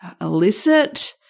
illicit